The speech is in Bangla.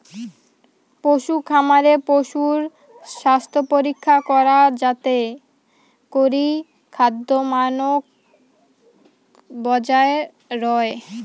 পশুখামারে পশুর স্বাস্থ্যপরীক্ষা করা যাতে করি খাদ্যমানক বজায় রয়